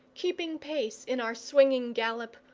keeping pace in our swinging gallop,